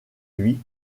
lui